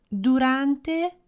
durante